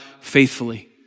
faithfully